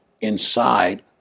inside